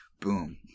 Boom